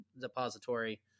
Depository